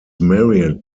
married